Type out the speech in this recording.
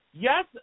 Yes